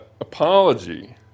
apology